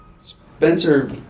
Spencer